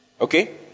Okay